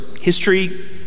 history